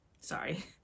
sorry